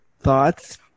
thoughts